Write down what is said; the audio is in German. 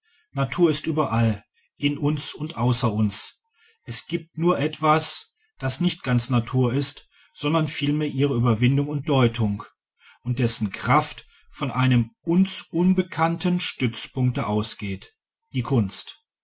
natur ist überall in uns und außer uns es gibt nur etwas das nicht ganz natur ist sondern vielmehr ihre überwindung und deutung und dessen kraft von einem uns unbekannten stützpunkte ausgeht die kunst